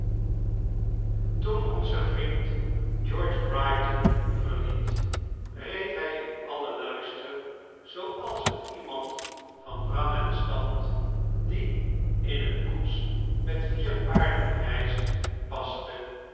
oen onze vriend george brighton verliet reed hij in alien luister zooals het iemand van rang en stand die in een koets met vier paarden reist paste